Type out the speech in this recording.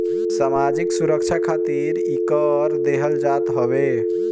सामाजिक सुरक्षा खातिर इ कर देहल जात हवे